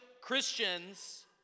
Christians